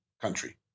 country